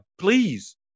please